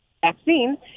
vaccine